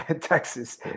Texas